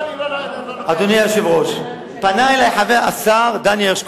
אדוני היושב-ראש, פנה אלי השר דני הרשקוביץ,